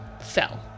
fell